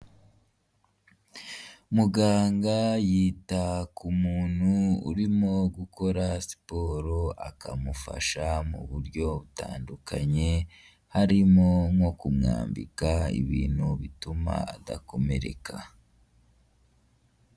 Muganga yita ku muntu urimo gukora siporo akamufasha mu buryo butandukanye, harimo nko kumwambika ibintu bituma adakomereka.